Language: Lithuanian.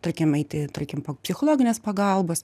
tarkim eiti tarkim po psichologinės pagalbos